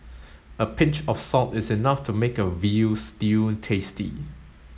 a pinch of salt is enough to make a veal stew tasty